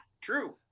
True